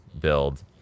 build